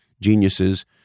geniuses